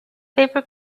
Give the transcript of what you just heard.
paper